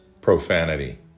Profanity